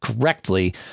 correctly